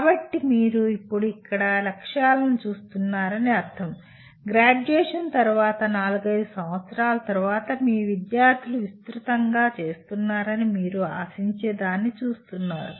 కాబట్టి మీరు ఇప్పుడు ఇక్కడ లక్ష్యాలను చూస్తున్నారని అర్థం గ్రాడ్యుయేషన్ తర్వాత నాలుగైదు సంవత్సరాల తర్వాత మీ విద్యార్థులు విస్తృతంగా చేస్తున్నారని మీరు ఆశించేదాన్ని చూస్తున్నారు